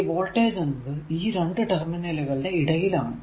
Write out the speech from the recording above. ഈ വോൾടേജ് എന്നത് ഈ രണ്ടു ടെര്മിനലുകളുടെ ഇടയിൽ ആണ്